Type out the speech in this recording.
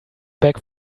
back